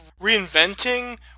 reinventing